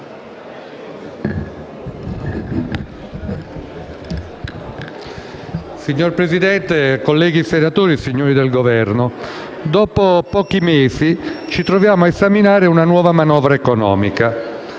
Signor Presidente, colleghi senatori, signori del Governo, dopo pochi mesi ci troviamo a esaminare una nuova manovra economica.